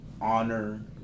honor